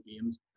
games